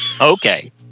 Okay